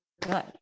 good